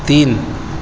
تین